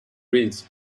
read